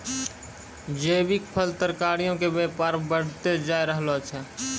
जैविक फल, तरकारीयो के व्यापार बढ़तै जाय रहलो छै